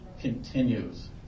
continues